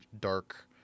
dark